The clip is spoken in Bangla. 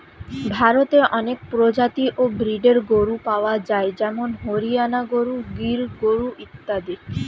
ভারতে অনেক প্রজাতি ও ব্রীডের গরু পাওয়া যায় যেমন হরিয়ানা গরু, গির গরু ইত্যাদি